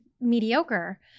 mediocre